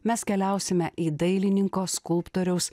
mes keliausime į dailininko skulptoriaus